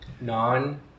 non